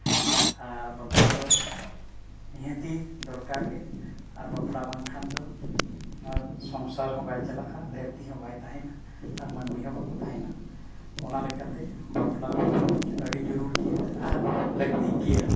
ᱟᱨ ᱵᱟᱯᱞᱟ ᱫᱚ ᱱᱤᱦᱟᱹᱛᱤ ᱫᱚᱨᱠᱟᱨ ᱜᱮ ᱟᱨ ᱵᱟᱯᱞᱟ ᱵᱟᱝ ᱠᱷᱟᱱ ᱫᱚ ᱱᱚᱣᱟ ᱥᱚᱝᱥᱟᱨ ᱦᱚᱸ ᱵᱟᱭ ᱪᱟᱞᱟᱜᱼᱟ ᱫᱷᱟᱹᱨᱛᱤ ᱦᱚᱸ ᱵᱟᱭ ᱪᱟᱞᱟᱜᱼᱟ ᱟᱨ ᱢᱟᱹᱱᱢᱤ ᱦᱚᱸ ᱵᱟᱠᱚ ᱛᱟᱦᱮᱱᱟ ᱚᱱᱟ ᱞᱮᱠᱟᱛᱮ ᱵᱟᱯᱞᱟ ᱫᱚ ᱟᱹᱰᱤ ᱡᱟᱹᱨᱩᱲ ᱜᱮᱭᱟ ᱟᱨ ᱞᱟᱹᱠᱛᱤ ᱜᱮᱭᱟ